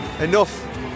enough